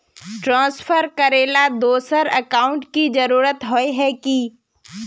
Transfer करेला दोसर account की जरुरत होय है की?